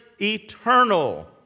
eternal